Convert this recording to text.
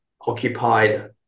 occupied